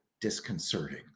disconcerting